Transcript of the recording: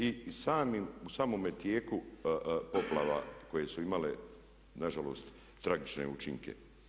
I u samome tijeku poplava koje su imale nažalost tragične učinke.